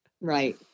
right